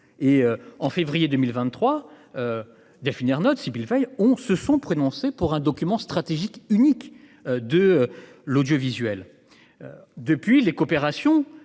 En février 2023, Delphine Ernotte et Sibyle Veil se sont prononcées pour un document stratégique unique de l'audiovisuel. Depuis lors, les coopérations